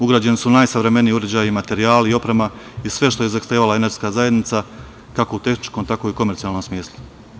Ugrađeni su najsavremeniji uređaji, materijali, oprema i sve što je zahtevala Energetska zajednica, kako u tehničkom, tako i u komercijalnom smislu.